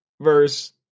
verse